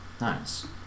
nice